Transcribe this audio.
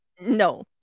No